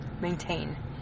maintain